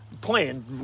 Playing